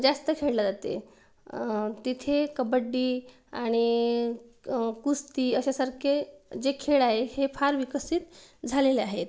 जास्त खेळले जाते तिथे कबड्डी आणि कुस्ती अशासारखे जे खेळ आहे हे फार विकसित झालेले आहेत